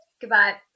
Goodbye